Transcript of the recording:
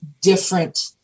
different